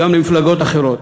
וגם מפלגות אחרות,